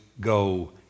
go